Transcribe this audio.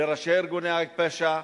לראשי ארגוני הפשע,